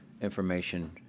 information